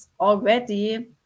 already